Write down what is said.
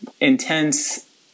intense